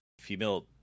female